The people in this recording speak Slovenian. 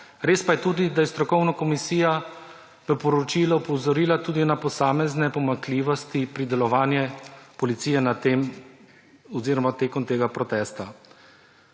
Res pa je tudi, da je strokovna komisija v poročilu opozorila tudi na posamezne pomanjkljivosti pri delovanju policije tekom tega protesta.